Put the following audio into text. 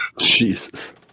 Jesus